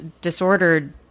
disordered